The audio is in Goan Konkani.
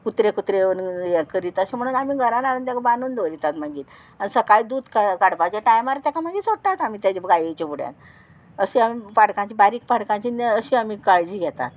कुत्रे कुत्रे येवन हें करीत अशें म्हणून आमी घरान हाडून ताका बानून दवरितात मागीर आनी सकाळीं दूद काडपाचे टायमार ताका मागीर सोडटात आमी तेजे गायेच्या फुड्यान अशी आमी पाडकांची बारीक पाडकांची अशी आमी काळजी घेतात